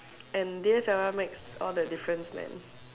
and D_S_L_R makes all the difference man